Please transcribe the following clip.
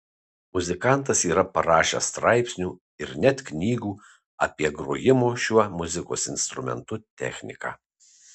muzikantas yra parašęs straipsnių ir net knygų apie grojimo šiuo muzikos instrumentu techniką